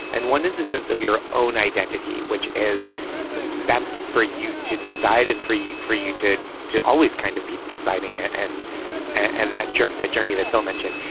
and one is the sense of your own identity, which is that's for you to decide and for you for you to to always kind of be deciding. and and that journey, that journey that phil mentioned.